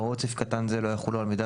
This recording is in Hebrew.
הוראות סעיף קטן זה לא יחולו על מידע